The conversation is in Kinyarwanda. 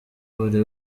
buri